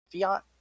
fiat